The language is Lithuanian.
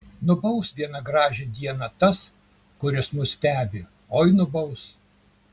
nubaus vieną gražią dieną tas kuris mus stebi oi nubaus